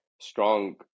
strong